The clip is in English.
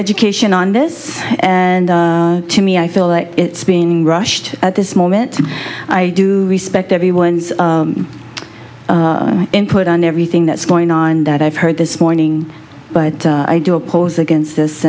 education on this and to me i feel that it's being rushed at this moment i do respect everyone's input on everything that's going on that i've heard this morning but i do oppose against